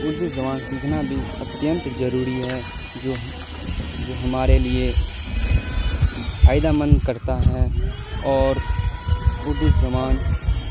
اردو زبان سیکھنا بھی اتینت ضروری ہے جو ہم جو ہمارے لیے فائدہ مند کرتا ہے اور اردو زبان